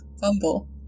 fumble